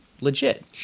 legit